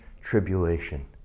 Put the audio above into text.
tribulation